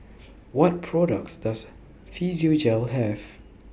What products Does Physiogel Have